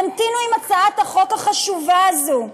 הזאת, תמתינו עם הצעת החוק החשובה הזאת.